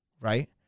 right